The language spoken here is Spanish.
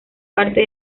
parte